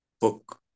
book